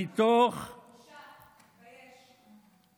פשוט תתבייש.